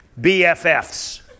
BFFs